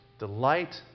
Delight